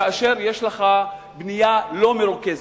כאשר יש לך בנייה לא מרוכזת.